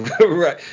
Right